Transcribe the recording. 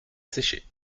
sécher